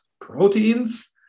proteins